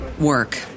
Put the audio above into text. work